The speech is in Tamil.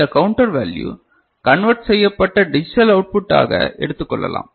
இந்த கவுண்டர் வேல்யூ கன்வெர்ட் செய்யப்பட்ட டிஜிட்டல் அவுட்புட் ஆக எடுத்துக் கொள்ளலாம்